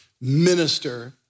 minister